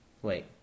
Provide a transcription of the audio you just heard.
Wait